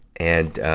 and, ah,